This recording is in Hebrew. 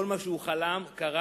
כל מה שהוא חלם קרה,